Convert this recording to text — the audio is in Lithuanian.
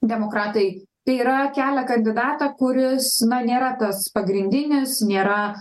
demokratai tai yra kelia kandidatą kuris na nėra tas pagrindinis nėra